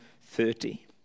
thirty